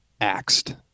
axed